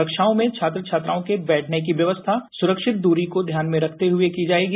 कक्षाओं में छात्र छात्राओं के बैठने की व्यवस्था सुरक्षित दूरी को ध्यान में रखते हुए की जाएगी